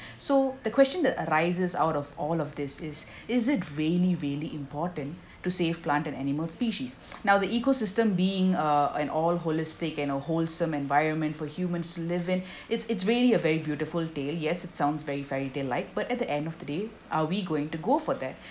so the question that arises out of all of this is is it really really important to save plant and animal species now the ecosystem being uh an all holistic and a wholesome environment for humans to live in it's it's really a very beautiful day yes it sounds very very delight but at the end of the day are we going to go for that